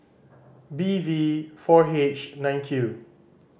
B V four H nine Q